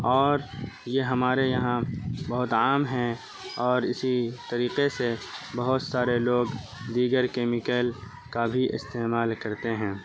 اور یہ ہمارے یہاں بہت عام ہیں اور اسی طریقے سے بہت سارے لوگ دیگر کیمیکل کا بھی استعمال کرتے ہیں